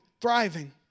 thriving